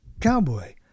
cowboy